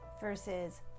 versus